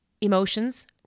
emotions